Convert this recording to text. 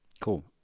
Cool